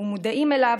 ומודעים אליו,